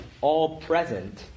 all-present